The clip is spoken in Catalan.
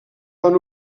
van